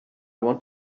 want